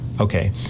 Okay